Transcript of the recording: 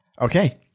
Okay